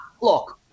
look